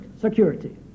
security